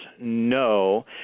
no